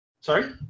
Sorry